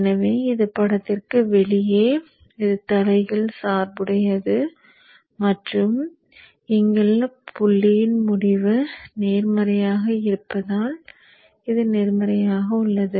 எனவே இது படத்திற்கு வெளியே இது தலைகீழ் சார்புடையது மற்றும் இங்குள்ள புள்ளியின் முடிவு நேர்மறையாக இருப்பதால் இது நேர்மறையாக உள்ளது